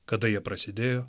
kada jie prasidėjo